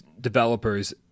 developers